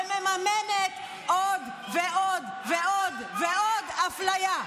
ומממנות עוד ועוד ועוד אפליה.